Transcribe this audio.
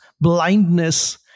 blindness